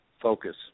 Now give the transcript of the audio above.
focus